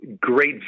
great